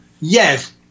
Yes